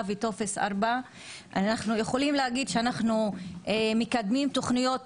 וטופס 4. אנחנו יכולים להגיד שאנחנו מקדמים תוכניות,